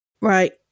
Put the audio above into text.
Right